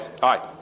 Hi